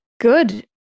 good